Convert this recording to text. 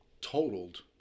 totaled